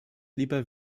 lieber